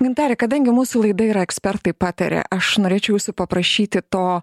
gintare kadangi mūsų laida yra ekspertai pataria aš norėčiau jūsų paprašyti to